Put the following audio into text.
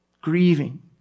grieving